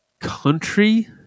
country